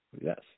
Yes